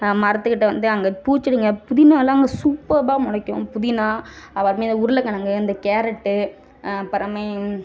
மரத்து கிட்ட வந்து அங்கே பூச்செடிங்க புதினாலாம் சூப்பவாக முளைக்கும் புதினா அதாட்டமே அந்த உருளை கிழங்கு இந்த கேரட்டு அப்புறமே